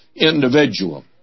individual